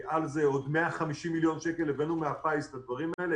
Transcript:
על זה עוד 150 מיליון שקל הבאנו מהפיס לדברים האלה.